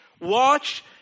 watch